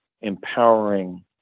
empowering